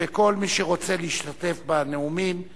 כל מי שרוצה להשתתף בנאומים יצביע.